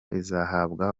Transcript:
izahabwa